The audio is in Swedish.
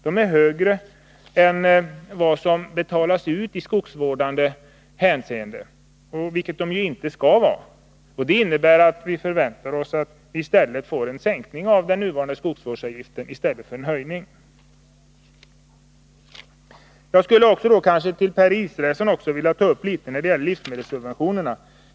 De är högre än vad som krävs för att täcka det som betalas ut i skogsvårdande syfte, vilket inte skall vara fallet. Det innebär att vi förväntar oss att i stället för en höjning få en sänkning av nuvarande skogsvårdsavgifter. Jag vill också rikta mig till Per Israelsson och ta upp livsmedelssubventionerna.